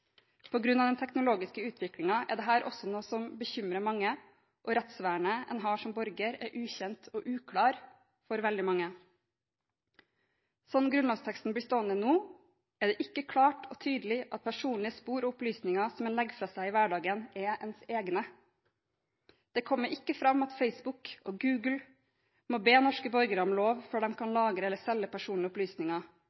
av den teknologiske utviklingen er dette noe som også bekymrer mange, og rettsvernet en har som borger, er ukjent og uklart for veldig mange. Slik grunnlovsteksten blir stående nå, er det ikke klart og tydelig at personlige spor og opplysninger som en legger fra seg i hverdagen, er ens egne. Det kommer ikke fram at Facebook og Google må be norske borgere om lov før de kan